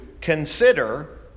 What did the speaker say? consider